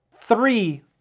three